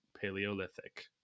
Paleolithic